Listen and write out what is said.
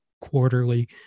quarterly